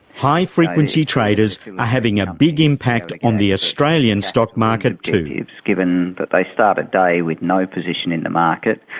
high frequency traders are having a big impact on the australian stock market too, given that they start a day with no position in the market,